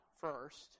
first